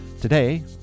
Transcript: Today